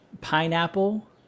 Pineapple